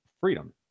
freedom